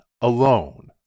alone